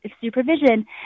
supervision